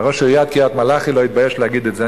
ראש עיריית קריית-מלאכי לא התבייש להגיד את זה.